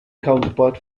counterpart